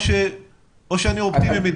או שאני אופטימי?